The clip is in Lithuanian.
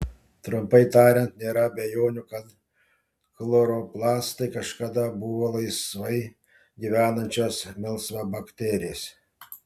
trumpai tariant nėra abejonių kad chloroplastai kažkada buvo laisvai gyvenančios melsvabakterės